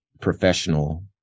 professional